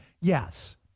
Yes